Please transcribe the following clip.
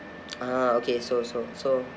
ah okay so so so